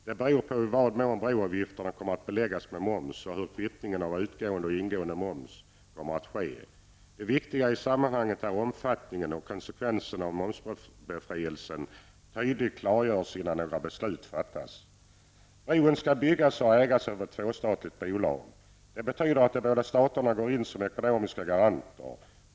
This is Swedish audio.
Det beror på i vad mån broavgifterna kommer att beläggas med moms och hur kvittningen av utgående och ingående moms kommer att ske. Det viktiga i sammanhanget är att omfattningen och konsekvenserna av en momsbefrielse tydligt klargörs innan några beslut fattas. Bron skall byggas och ägas av ett tvåstatligt bolag. Det betyder att de båda staterna går in som ekonomiska garanter.